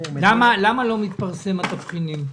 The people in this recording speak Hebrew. מנהל אגף --- למה לא מתפרסמים התבחינים,